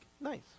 Nice